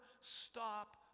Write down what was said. stop